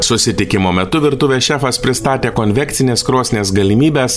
susitikimo metu virtuvės šefas pristatė konvekcinės krosnies galimybes